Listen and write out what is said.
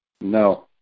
No